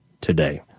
today